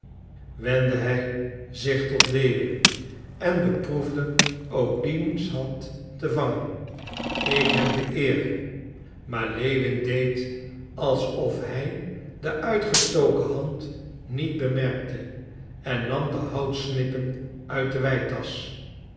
wendde hij zich tot lewin en beproefde ook diens hand te vangen ik heb de eer maar lewin deed alsof hij de uitgestoken hand niet bemerkte en nam de houtsnippen uit de